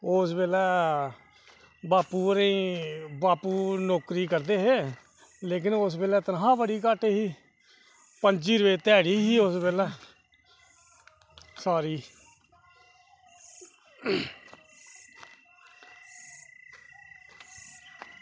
उस बेल्लै बापू होरें ई बापू नौकरी करदे हे लेकिन उस बेल्लै तन्खाह् बड़ी घट्ट ही पं'जी रपेऽ ध्याड़ी ही उस बेल्लै सारी